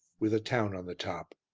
with a town on the top.